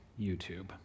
YouTube